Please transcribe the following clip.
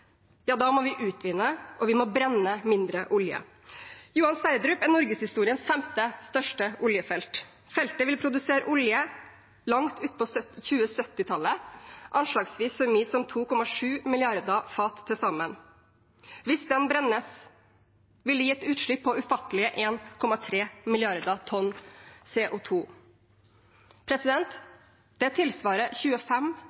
må vi utvinne og brenne mindre olje. Johan Sverdrup er norgeshistoriens femte største oljefelt. Feltet vil produsere olje langt ut på 2070-tallet, anslagsvis så mye som 2,7 milliarder fat til sammen. Hvis den brennes, vil det gi et utslipp på ufattelige 1,3 milliarder tonn CO